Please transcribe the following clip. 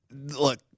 Look